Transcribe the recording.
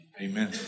Amen